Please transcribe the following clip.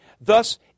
Thus